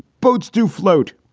boats to float.